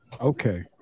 Okay